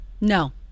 No